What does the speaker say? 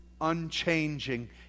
unchanging